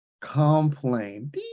Complain